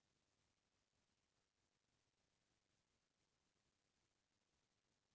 UPI पंजीयन बर ATM कारडहोना जरूरी हे का?